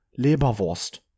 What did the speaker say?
Leberwurst